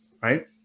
right